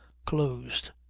closed,